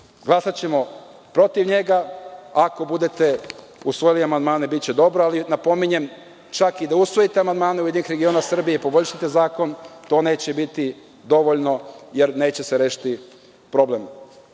Glasaćemo protiv njega, a ako budete usvojili amandmane biće dobro ali napominjem, čak i da usvojite amandmane URS i poboljšate zakon, to neće biti dovoljno jer neće se rešiti problem. Ono